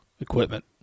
equipment